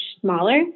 smaller